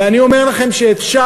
ואני אומר לכם שאפשר,